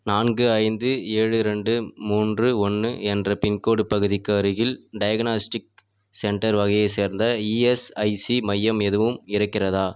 நான்கு ஐந்து ஏழு ரெண்டு மூன்று ஒன்று என்ற பின்கோட் பகுதிக்கு அருகில் டயக்னாஸ்டிக் சென்டர் வகையைச் சேர்ந்த இஎஸ்ஐசி மையம் எதுவும் இருக்கிறதா